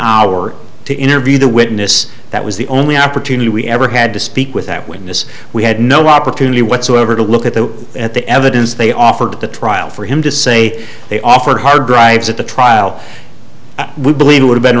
hour to interview the witness that was the only opportunity we ever had to speak with that witness we had no opportunity whatsoever to look at the at the evidence they offered at the trial for him to say they offered hard drives at the trial we believe it would have been